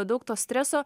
daug to streso